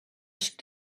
should